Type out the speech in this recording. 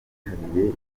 bitabiriye